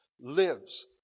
lives